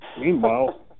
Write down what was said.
meanwhile